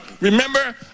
Remember